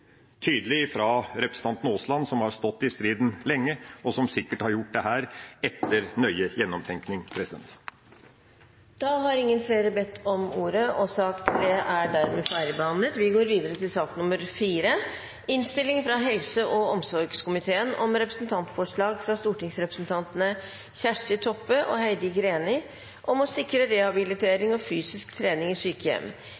tydelig fra representanten Aasland, som har stått i striden lenge, og som sikkert har gjort dette etter nøye gjennomtenkning. Flere har ikke bedt om ordet til sak nr. 3. Etter ønske fra helse- og omsorgskomiteen vil presidenten foreslå at taletiden blir begrenset til 5 minutter til hver partigruppe og